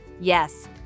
Yes